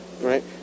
right